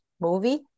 movie